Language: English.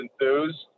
enthused